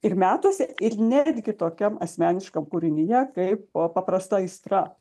ir metuose ir netgi tokiam asmeniškam kūrinyje kaip po paprasta aistra